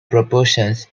proportions